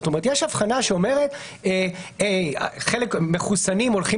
זאת אומרת יש הבחנה שאומרת שמחוסנים הולכים